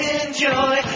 enjoy